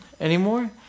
anymore